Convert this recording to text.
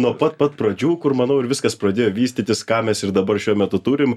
nuo pat pat pradžių kur manau ir viskas pradėjo vystytis ką mes ir dabar šiuo metu turim